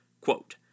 Quote